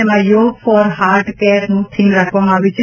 તેમાં yoga for heart કેરનું થીમ રાખવામાં આવ્યું છે